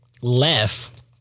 left